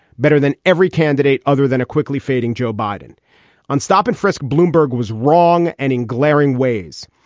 better than every candidate other than a quickly fading joe biden on stop and frisk. bloomberg was wrong and in glaring ways.